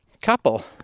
couple